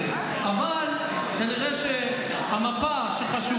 קו רוחב 115. אבל כנראה שהמפה שחשובה